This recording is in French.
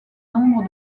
nombre